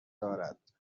دارد